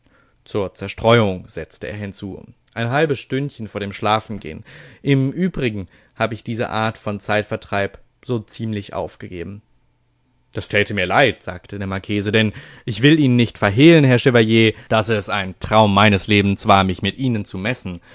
zur zerstreuung setzte er hinzu ein halbes stündchen vor dem schlafengehen im übrigen hab ich diese art von zeitvertreib so ziemlich aufgegeben das täte mir leid sagte der marchese denn ich will ihnen nicht verhehlen herr chevalier daß es ein traum meines lebens war mich mit ihnen zu messen